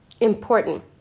important